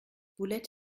voulait